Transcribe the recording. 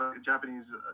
Japanese